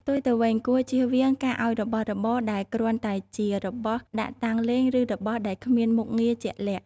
ផ្ទុយទៅវិញ គួរជៀសវាងការឱ្យរបស់របរដែលគ្រាន់តែជា របស់ដាក់តាំងលេង ឬ របស់ដែលគ្មានមុខងារជាក់លាក់។